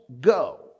go